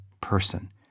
person